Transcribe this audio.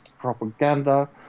propaganda